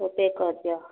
ହଉ ପେକ୍ କରିଦିଅ